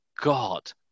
God